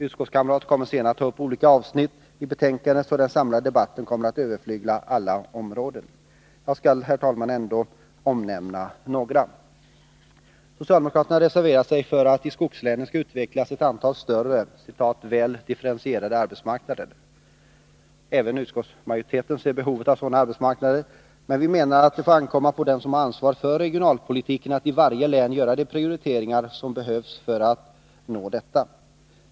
Utskottskamrater kommer senare att ta upp olika avsnitt i betänkandet, så den samlade debatten kommer att sträcka sig över alla områden. Jag skall, herr talman, ändock nämna några områden. Socialdemokraterna reserverar sig för att det i skogslänen skall utvecklas ett antal större ”väl differentierade arbetsmarknader”. Även utskottsmajoriteten ser behovet av sådana arbetsmarknader, men vi menar att det får ankomma på dem som har ansvaret för regionalpolitiken att i varje län göra de prioriteringar som behövs för att nå detta.